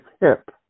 hip